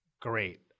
great